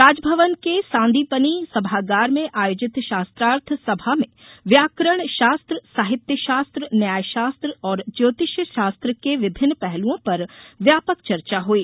राजभवन के सांदीपनि सभागार में आयोजित शास्त्रार्थ सभा में व्याकरण शास्त्र साहित्य शास्त्र न्याय शास्त्र और ज्योतिष शास्त्र के विभिन्न पहलुओं पर व्यापक चर्चा हई